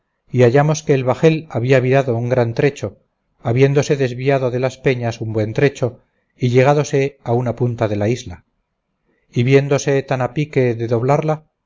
y hallamos que el bajel había virado un gran trecho habiéndose desviado de las peñas un buen trecho y llegádose a una punta de la isla y viéndose tan a pique de doblarla